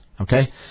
Okay